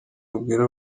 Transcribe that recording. ubwira